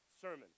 sermon